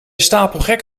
stapelgek